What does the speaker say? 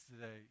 today